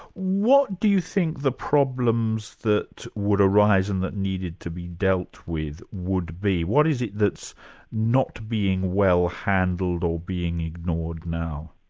what do you think the problems that would arise and that needed to be dealt with, would be? what is it that's not being well-handled or being ignored now?